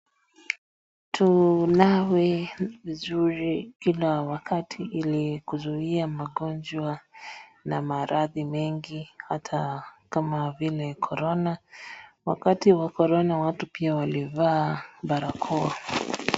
Tunawe vizuri kila wakati ili kuzuia magonjwa na maradhi mengi hata kama vile korona. Wakati wa korona watu pia walivaa barakoa.